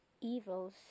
evils